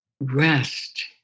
rest